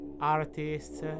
artists